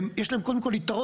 יש להם יתרון.